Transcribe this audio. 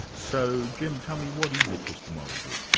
so jim, tell me what is epistemology?